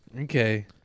Okay